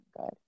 good